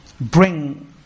bring